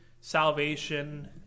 salvation